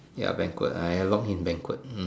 ya banquet I along in banquet